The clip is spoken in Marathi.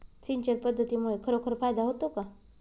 सिंचन पद्धतीमुळे खरोखर फायदा होतो का?